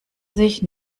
sich